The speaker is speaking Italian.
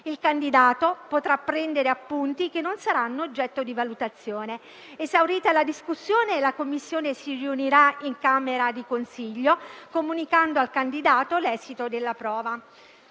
Il candidato potrà prendere appunti, che non saranno oggetto di valutazione. Esaurita la discussione, la commissione si riunirà in camera di consiglio, comunicando al candidato l'esito della prova.